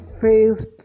faced